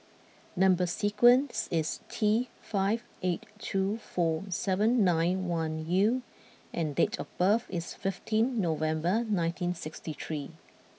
number sequence is T five eight two four seven nine one U and date of birth is fifteen November nineteen sixty three